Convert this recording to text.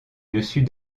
dessus